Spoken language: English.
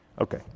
Okay